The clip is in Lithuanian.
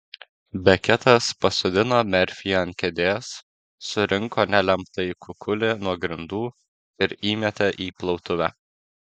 beketas pasodino merfį ant kėdės surinko nelemtąjį kukulį nuo grindų ir įmetė į plautuvę